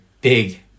big